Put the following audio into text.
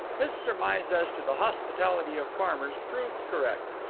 his surmise as to the hospitality of farmers proved correct,